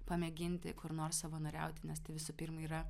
pamėginti kur nors savanoriauti nes tai visų pirma yra